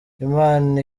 imana